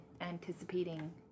anticipating